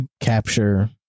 capture